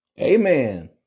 Amen